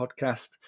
podcast